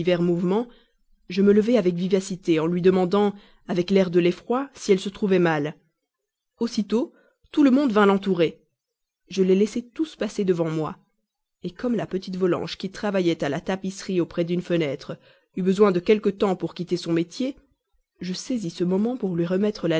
mouvements je me levai avec vivacité en lui demandant avec l'air de l'effroi si elle se trouvait mal aussitôt tout le monde vint l'entourer je les laissai tous passer devant moi comme la petite volanges qui travaillait à la tapisserie auprès d'une fenêtre eut besoin de quelque temps pour quitter son métier je saisis ce moment pour lui remettre